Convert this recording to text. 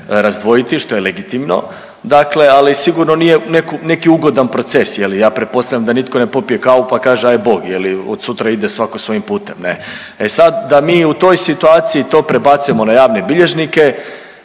razdvojiti, što je legitimno, dakle, ali sigurno nije neki ugodan proces. Ja pretpostavljam da nitko ne popije kavu pa kaže ajd Bog je li od sutra ide svako svojim putem ne. E sad da mi u toj situaciji to prebacujemo na javne bilježnike,